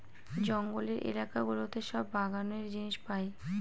জঙ্গলের এলাকা গুলোতে সব বাগানের জিনিস পাই